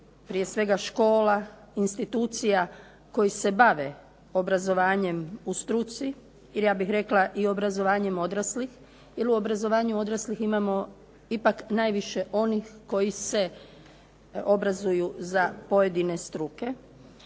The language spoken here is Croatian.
Prije svega, škola, institucija koje se bave obrazovanjem u struci. Ja bih rekla i obrazovanjem odraslih. Jer u obrazovanju odraslih imamo ipak najviše onih koji se obrazuju za pojedine struke.